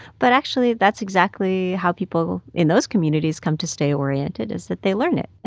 but actually, that's exactly how people in those communities come to stay oriented is that they learn it,